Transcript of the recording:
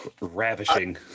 Ravishing